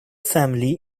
family